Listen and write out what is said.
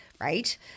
right